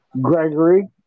Gregory